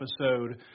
episode